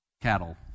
cattle